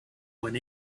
went